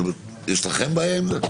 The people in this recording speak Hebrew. יש לכם בעיה עם זה?